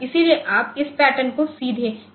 इसलिए आप इस पैटर्न को सीधे PORTC पर नहीं डाल सकते